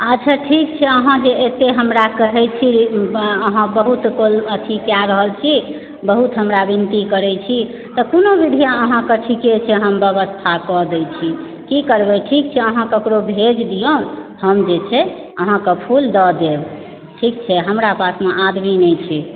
अच्छा ठीक छै अहाँ एते जे हमरा कहै छी अहाँ बहुत एथी कए रहल छी बहुत हमरा विनती करै छी कखनो धरि ठीके छै हम अहाँकेँ व्यवस्था कऽ दै छी की करबै ठीक छै अहाँ ककरो भेज दिऔ हम जे छै से अहाँकेॅं फूल दऽ देब ठीक छै हमरा पासमे आदमी नहि छै